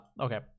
okay